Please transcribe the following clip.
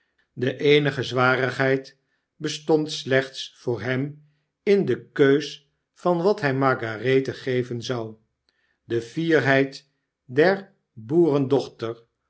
de eenige zwarigheid bestond slechts voor hem in de keus van wat hfl margarethe geven zou de fierheid der